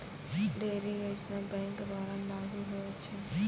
ढ़ेरी योजना बैंक द्वारा लागू होय छै